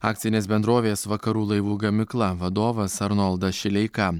akcinės bendrovės vakarų laivų gamykla vadovas arnoldas šileika